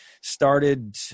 started